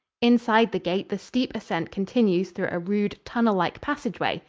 inside the gate the steep ascent continues through a rude, tunnellike passageway,